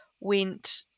went